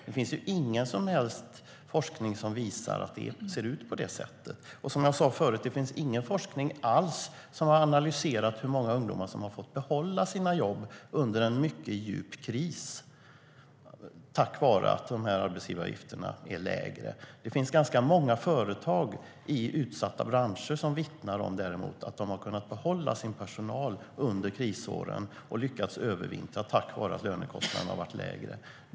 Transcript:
Det finns ingen som helst forskning som visar att det ser ut på det sättet. Som jag sa tidigare finns det ingen forskning alls som har analyserat hur många ungdomar som har fått behålla sina jobb under en mycket djup kris tack vare att arbetsgivaravgifterna är lägre. Det finns ganska många företag i utsatta branscher som vittnar om att de har kunnat behålla sin personal under krisåren och lyckats övervintra tack vare att lönekostnaden har varit lägre.